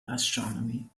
astronomy